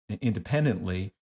independently